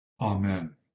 Amen